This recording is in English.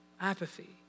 apathy